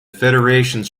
federations